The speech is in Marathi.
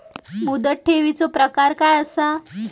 मुदत ठेवीचो प्रकार काय असा?